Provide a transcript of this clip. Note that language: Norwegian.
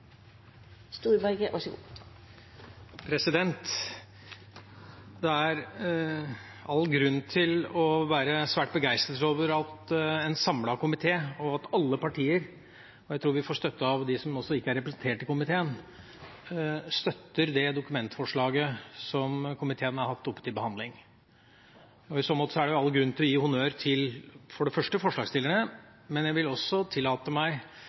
alle partier, for jeg tror vi får støtte også av dem som ikke er representert i komiteen – støtter det dokumentforslaget som komiteen har hatt oppe til behandling. I så måte er det all grunn til for det første å gi honnør til forslagsstillerne, men jeg vil også tillate meg